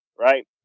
right